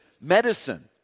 medicine